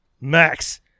max